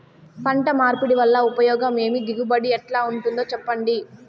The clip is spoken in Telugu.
పంట మార్పిడి వల్ల ఉపయోగం ఏమి దిగుబడి ఎట్లా ఉంటుందో చెప్పండి?